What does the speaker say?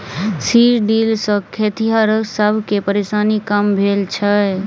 seed drill सॅ खेतिहर सब के परेशानी कम भेल छै